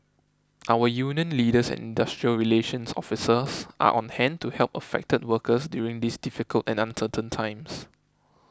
our union leaders and industrial relations officers are on hand to help affected workers during these difficult and uncertain times